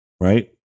right